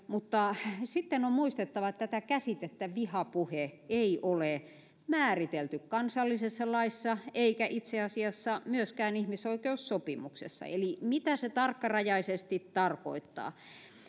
mutta sitten on muistettava että tätä käsitettä vihapuhe ei ole määritelty kansallisessa laissa eikä itse asiassa myöskään ihmisoikeussopimuksessa eli määritelty mitä se tarkkarajaisesti tarkoittaa